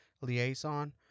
liaison